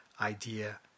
idea